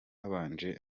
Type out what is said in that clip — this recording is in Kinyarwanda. habanje